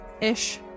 Ish